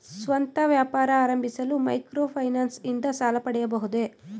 ಸ್ವಂತ ವ್ಯಾಪಾರ ಆರಂಭಿಸಲು ಮೈಕ್ರೋ ಫೈನಾನ್ಸ್ ಇಂದ ಸಾಲ ಪಡೆಯಬಹುದೇ?